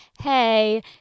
hey